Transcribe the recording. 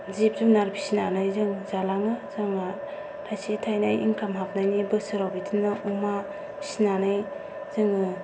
जिब जुनार फिसिनानै जों जालाङो जोंना थायसे थायनै इन्काम हाबनायनि बोसोराव बिदिनो अमा फिसिनानै जोङो